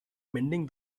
mending